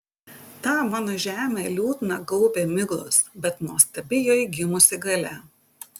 tą mano žemę liūdną gaubia miglos bet nuostabi joj gimusi galia